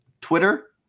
Twitter